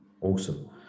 awesome